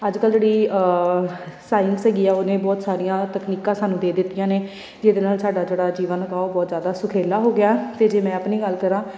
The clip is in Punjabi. ਅੱਜ ਕੱਲ੍ਹ ਜਿਹੜੀ ਸਾਇੰਸ ਹੈਗੀ ਆ ਉਹਨੇ ਬਹੁਤ ਸਾਰੀਆਂ ਤਕਨੀਕਾਂ ਸਾਨੂੰ ਦੇ ਦਿੱਤੀਆਂ ਨੇ ਜਿਹਦੇ ਨਾਲ ਸਾਡਾ ਜਿਹੜਾ ਜੀਵਨ ਹੈਗਾ ਉਹ ਬਹੁਤ ਜ਼ਿਆਦਾ ਸੁਖੇਲਾ ਹੋ ਗਿਆ ਹੈ ਅਤੇ ਜੇ ਮੈਂ ਆਪਣੀ ਗੱਲ ਕਰਾਂ